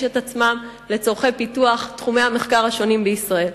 את עצמם לצורכי פיתוח תחומי המחקר השונים בישראל.